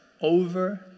over